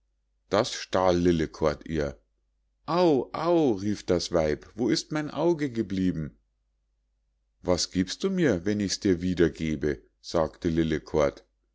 das stahl lillekort ihr au au rief das weib wo ist mein auge geblieben was giebst du mir wenn ich's dir wiedergebe sagte